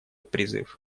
призыв